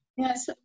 Yes